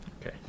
Okay